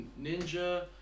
Ninja